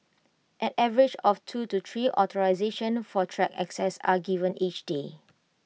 an average of two to three authorisations for track access are given each day